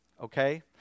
Okay